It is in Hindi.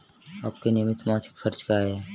आपके नियमित मासिक खर्च क्या हैं?